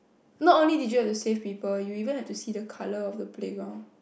not only did you have to save people you even have to see the colour of the playground